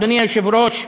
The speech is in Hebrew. אדוני היושב-ראש,